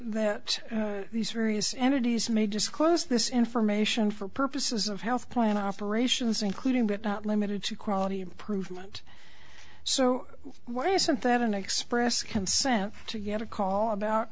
that these various entities may disclose this information for purposes of health plan operations including but not limited to quality improvement so why isn't that an express consent to get a call about